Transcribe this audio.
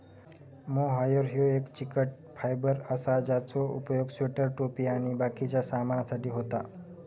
mohair ह्यो एक चिकट फायबर असा ज्याचो उपयोग स्वेटर, टोपी आणि बाकिच्या सामानासाठी होता